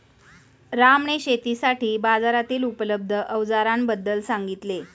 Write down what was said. रामने शेतीसाठी बाजारातील उपलब्ध अवजारांबद्दल सांगितले